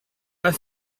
pas